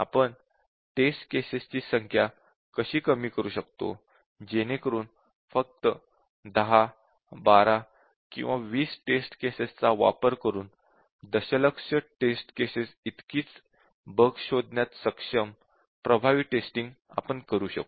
आपण test cases ची संख्या कशी कमी करू शकतो जेणेकरून फक्त 10 12 किंवा 20 टेस्ट केसेस चा वापर करून दशलक्ष टेस्ट केसेस इतकीच बग शोधण्यात सक्षम प्रभावी टेस्टिंग आपण करू शकू